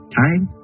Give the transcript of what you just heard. time